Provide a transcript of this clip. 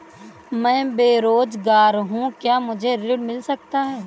मैं बेरोजगार हूँ क्या मुझे ऋण मिल सकता है?